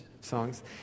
songs